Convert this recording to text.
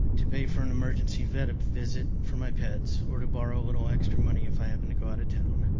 to pay for an emergency vet visit for my pets, or to borrow a little extra money if i happen to go out of town.